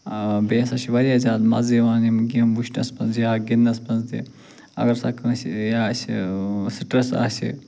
بیٚیہِ ہسا چھِ واریاہ زیادٕ مَزٕ یِوان یِم گیٚمہٕ وُچھنَس منٛز یا گِنٛدنَس منٛز تہِ اگر ہسا کٲنٛسہِ یہِ آسہِ سِٹرَس آسہِ